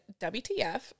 wtf